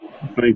Thank